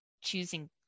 choosing